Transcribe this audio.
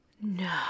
No